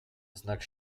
znak